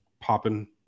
popping